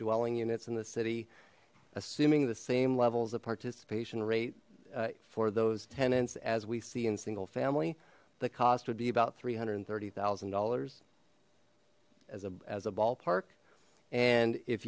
tenant welling units in the city assuming the same levels of participation rate for those tenants as we see in single family the cost would be about three hundred and thirty thousand dollars as a as a ballpark and if